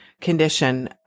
condition